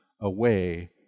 away